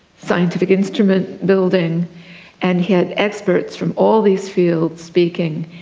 scientific instrument building and he had experts from all these fields speaking,